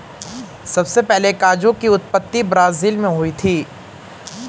सबसे पहले काजू की उत्पत्ति ब्राज़ील मैं हुई थी